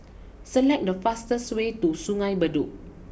select the fastest way to Sungei Bedok